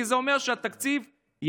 כי זה אומר שהתקציב יעבור.